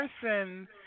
person